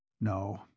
No